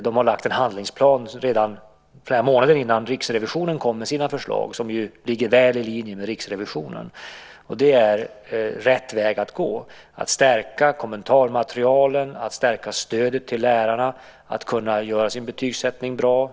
De lade en handlingsplan redan flera månader innan Riksrevisionen kom med sina förslag och som låg väl i linje med Riksrevisionen. Det är rätt väg att gå, att stärka kommentarmaterialet och att stärka stödet till lärarna att göra sin betygssättning bra.